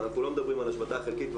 ואנחנו לא מדברים על השבתה חלקית,